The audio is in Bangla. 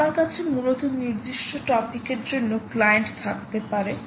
আমার কাছে মূলত নির্দিষ্ট টপিক এর জন্য ক্লায়েন্ট থাকতে পারে